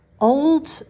Old